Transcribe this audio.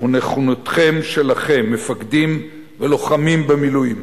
ונכונותכם שלכם, מפקדים ולוחמים במילואים,